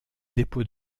dépôts